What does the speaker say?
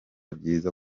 byiza